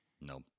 No